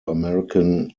american